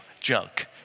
junk